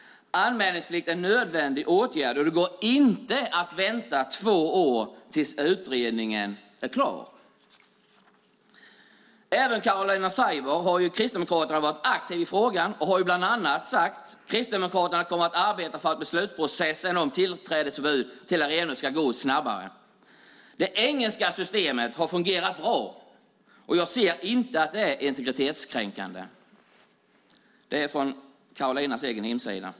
Anmälningsplikt är en nödvändig åtgärd och det går inte att vänta två år, tills utredningen är klar." Caroline Szyber, Kristdemokraterna, har varit aktiv i frågan och har bland annat sagt: "Kristdemokraterna kommer att arbeta för att beslutsprocessen om tillträdesförbud till arenor ska gå snabbare. Det engelska systemet har fungerat bra, och jag ser inte att det är integritetskränkande." Detta är från Carolines hemsida.